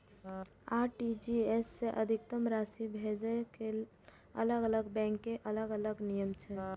RTGS सं अधिकतम राशि भेजै के अलग अलग बैंक के अलग अलग नियम छै